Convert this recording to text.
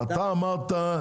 אתה אמרת,